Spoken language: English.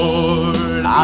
Lord